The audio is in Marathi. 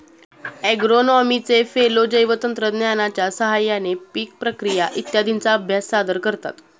ॲग्रोनॉमीचे फेलो जैवतंत्रज्ञानाच्या साहाय्याने पीक प्रक्रिया इत्यादींचा अभ्यास सादर करतात